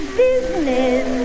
business